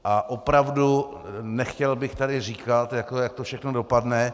A opravdu nechtěl bych tady říkat, jak to všechno dopadne.